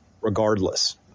regardless